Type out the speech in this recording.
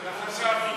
לא.